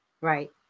Right